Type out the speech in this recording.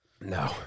No